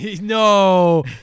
No